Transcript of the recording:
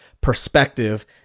perspective